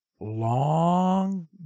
long